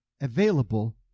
available